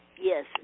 Yes